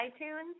iTunes